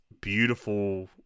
beautiful